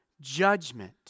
judgment